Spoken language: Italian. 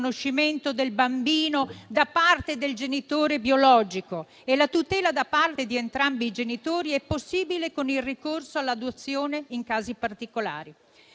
riconoscimento del bambino da parte del genitore biologico e la tutela da parte di entrambi i genitori è possibile con il ricorso all'adozione in casi particolari.